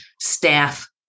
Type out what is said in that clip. staff